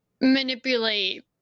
manipulate